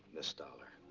miss dollar.